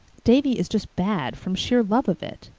davy is just bad from sheer love of it.